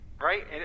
right